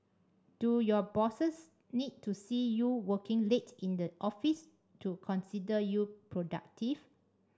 do your bosses need to see you working late in the office to consider you productive